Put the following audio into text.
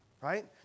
Right